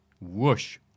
Whoosh